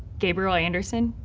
gabriel anderson,